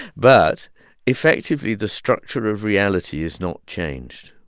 but effectively, the structure of reality is not changed.